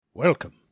Welcome